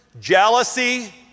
jealousy